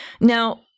now